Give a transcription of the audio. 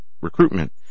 recruitment